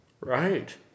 Right